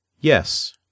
Yes